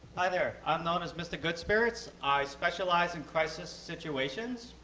hi there. i'm known as mr. good spirits. i specialize in crisis situations.